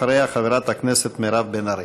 אחריה, חברת הכנסת מירב בן ארי.